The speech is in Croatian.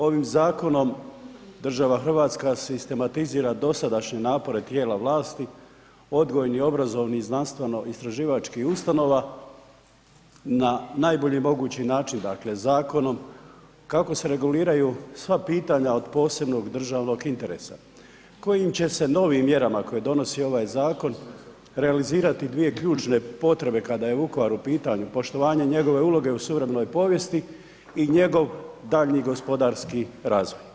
Ovim zakonom država hrvatska sistematizira dosadašnje napore tijela vlasti odgojnih i obrazovnih i znanstveno istraživačkih ustanova na najbolji mogući način, dakle zakonom kako se reguliraju sva pitanja od posebnog državnog interesa kojim će se novim mjerama koji donosi ovaj zakon realizirati dvije ključne potrebe kada je Vukovar u pitanju, poštovanje njegove uloge u suvremenoj povijesti i njegov daljnji gospodarski razvoj.